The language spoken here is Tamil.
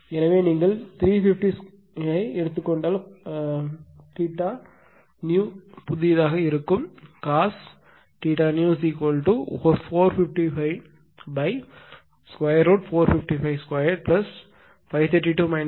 எனவே நீங்கள் 350 ஐ எடுத்துக் கொண்டால் புதியதாக இருக்கும் cos new 4554552532 3502 எனவே இது 0